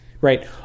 right